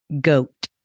Goat